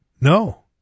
No